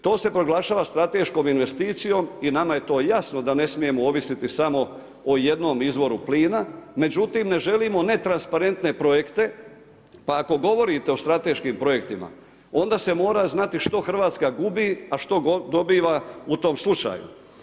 To se proglašava strateškom investicijom i nama je to jasno da ne smijemo ovisiti samo o jednom izvoru plina, međutim, ne želimo ne transparentne projekte, pa ako govorite o strateškim projektima, onda se mora znati što Hrvatska gubi a što dobiva u tom slučaju.